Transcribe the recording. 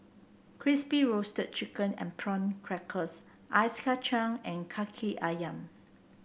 Crispy Roasted Chicken and Prawn Crackers Ice Kachang and kaki ayam